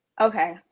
Okay